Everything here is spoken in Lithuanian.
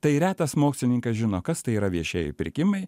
tai retas mokslininkas žino kas tai yra viešieji pirkimai